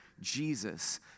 Jesus